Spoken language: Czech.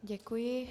Děkuji.